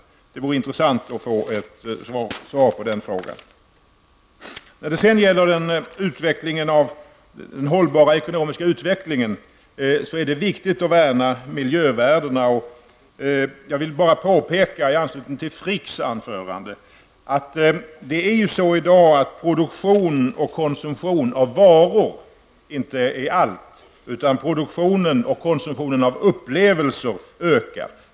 Det vore intressant att få ett svar på den frågan. Vad beträffar den hållbara ekonomiska utvecklingen vill jag understryka att det är viktigt att värna miljövärdena. Jag vill bara påpeka i anslutning till Fricks anförande att produktion och konsumtion av varor i dag inte är allt, utan att produktionen och konsumtionen av upplevelser ökar.